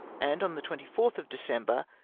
and on the twenty fourth of december,